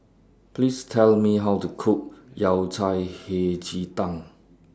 Please Tell Me How to Cook Yao Cai Hei Ji Tang